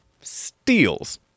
steals